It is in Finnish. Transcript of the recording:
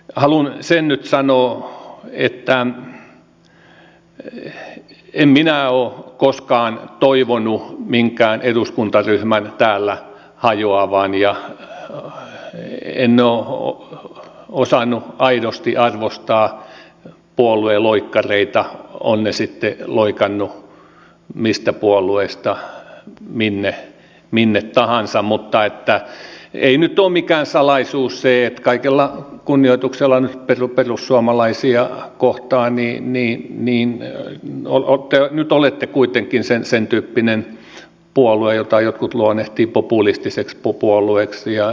haluan sen nyt sanoa että en minä ole koskaan toivonut minkään eduskuntaryhmän täällä hajoavan ja en ole osannut aidosti arvostaa puolueloikkareita ovat he sitten loikanneet mistä puolueesta minne tahansa mutta ei nyt ole mikään salaisuus se kaikella kunnioituksella nyt perussuomalaisia kohtaan että te olette kuitenkin sen tyyppinen puolue jota jotkut luonnehtivat populistiseksi puolueeksi ja kuka mitenkin